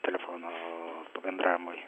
telefono bendravimui